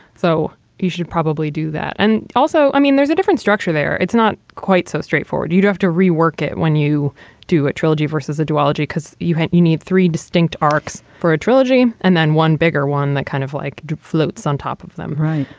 so you should probably do that. and also, i mean, there's a different structure there. it's not quite so straightforward. you'd have to rework it when you do a trilogy versus ideology because you had you need three distinct arcs for a trilogy and then one bigger one that kind of like floats on top of them. right.